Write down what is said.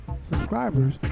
subscribers